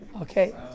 Okay